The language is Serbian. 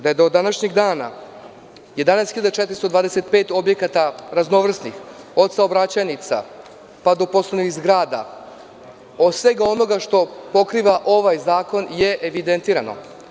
Da je do današnjeg dana 11.425 objekata raznovrsnih, od saobraćajnica, pa do poslovnih zgrada, od svega onoga što pokriva ovaj zakon je evidentirano.